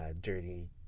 dirty